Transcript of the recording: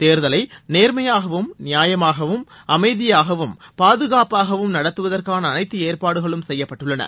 தேர்தலை நேர்மையாகவும் நியாயமாகவும் அமைதியாகவும் பாதுகாப்பாகவும் நடத்துவதற்கான அனைத்து ஏற்பாடுகளும் செய்யப்பட்டுள்ளன